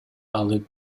алып